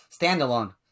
standalone